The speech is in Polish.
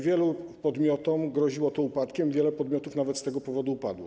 Wielu podmiotom groziło to upadkiem, wiele podmiotów nawet z tego powodu upadło.